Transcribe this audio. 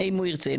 אם הוא ירצה.